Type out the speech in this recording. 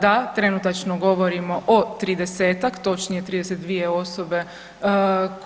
Da, trenutačno govorimo o 30-tak točnije 32 osobe